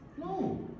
No